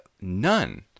None